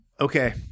Okay